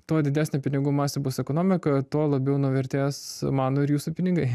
tuo didesnė pinigų masė bus ekonomikoje tuo labiau nuvertės mano ir jūsų pinigai